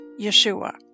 Yeshua